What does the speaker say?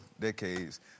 decades